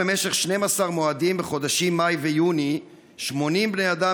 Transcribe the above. במשך 12 מועדים בחודשים מאי ויוני 80 בני אדם